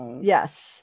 Yes